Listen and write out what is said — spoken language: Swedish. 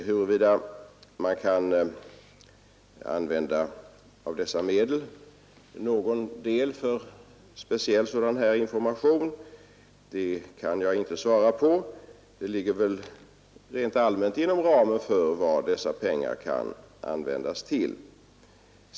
Huruvida man kan använda någon del av dessa medel för speciellt sådan information kan jag inte svara på, men det ligger rent allmänt inom ramen för vad dessa pengar skall användas till.